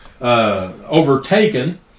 overtaken